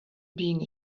being